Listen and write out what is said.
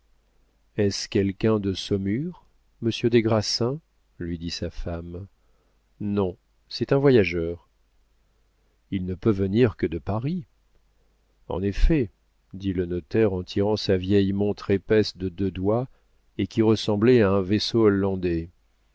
est-ce quelqu'un de saumur monsieur des grassins lui dit sa femme non c'est un voyageur il ne peut venir que de paris en effet dit le notaire en tirant sa vieille montre épaisse de deux doigts et qui ressemblait à un vaisseau hollandais